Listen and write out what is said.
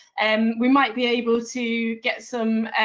and we might be able to get some